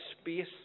space